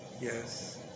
Yes